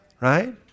Right